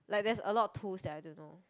like that's a lot of tools there I don't know